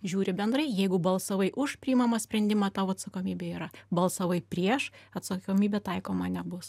žiūri bendrai jeigu balsavai už priimamą sprendimą tavo atsakomybė yra balsavai prieš atsakomybė taikoma nebus